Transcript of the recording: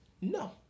No